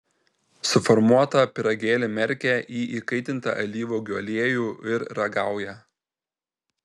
suformuotą pyragėlį merkia į įkaitintą alyvuogių aliejų ir ragauja